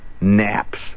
Naps